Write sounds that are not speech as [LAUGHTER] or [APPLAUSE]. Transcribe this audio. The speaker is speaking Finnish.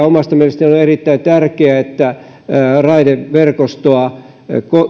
[UNINTELLIGIBLE] omasta mielestäni on erittäin tärkeää että raideverkostoa